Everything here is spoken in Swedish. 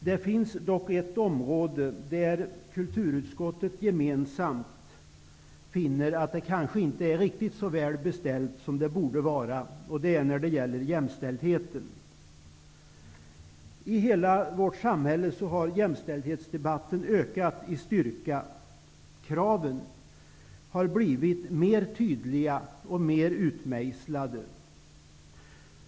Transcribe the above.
Det finns dock ett område där vi i kulturutskottet finner att det inte är så väl beställt som det borde vara, nämligen jämställdheten. Jämställdhetsdebatten har ökat i styrka i hela vårt samhälle. Kraven har blivit mer tydliga och mer utmejslade.